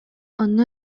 онно